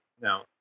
Now